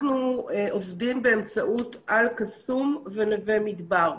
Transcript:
אנחנו עובדים באמצעות אל קסום ונווה מדבר.